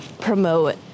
promote